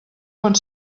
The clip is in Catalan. pot